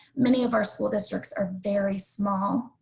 many of our school districts are very small.